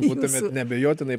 būtumėt neabejotinai